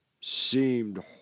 seemed